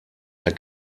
der